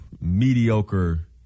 mediocre